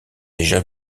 déjà